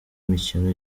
mikino